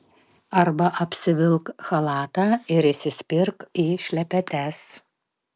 arba apsivilk chalatą ir įsispirk į šlepetes